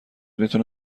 میتونه